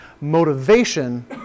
motivation